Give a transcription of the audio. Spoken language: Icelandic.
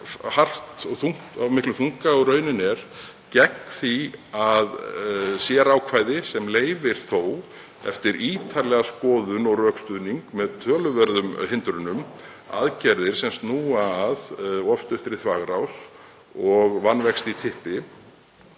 af jafn miklum þunga og raunin er gegn því sérákvæði sem leyfir, þó eftir ítarlega skoðun og rökstuðning með töluverðum hindrunum, aðgerðir sem snúa að of stuttri þvagrás og vanvexti í typpi.